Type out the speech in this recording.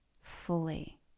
fully